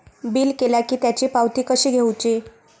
Bill केला की त्याची पावती कशी घेऊची?